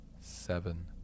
seven